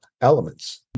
elements